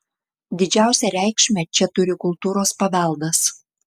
didžiausią reikšmę čia turi kultūros paveldas